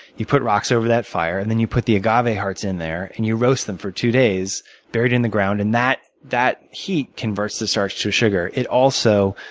you put rocks over that fire. and then, you put the agave hearts in there. and you roast them for two days buried in the ground. and that that heat converts the starch to a sugar. it also,